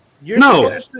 No